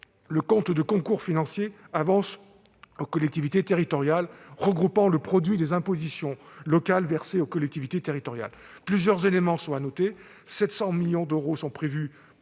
le compte de concours financiers « Avances aux collectivités territoriales » regroupant le produit des impositions locales versé aux collectivités territoriales. Plusieurs éléments sont à noter : 700 millions d'euros sont prévus